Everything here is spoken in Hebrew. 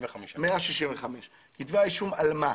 165. כתבי אישום על מה?